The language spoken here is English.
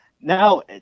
now